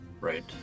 Right